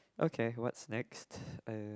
okay what's next uh